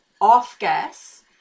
off-gas